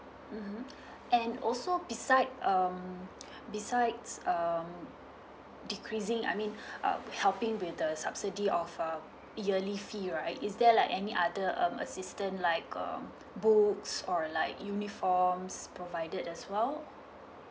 mmhmm and also beside um besides um decreasing I mean uh helping with the subsidy of um yearly fee right is there like any other um assistant like um books or like uniforms provided as well